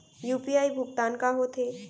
UPI भुगतान का होथे?